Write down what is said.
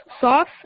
sauce